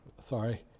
sorry